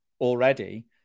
already